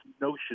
notion